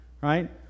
right